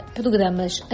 programas